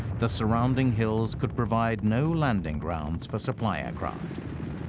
the surrounding hills could provide no landing grounds for supply aircraft.